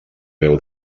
veu